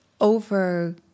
over